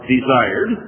desired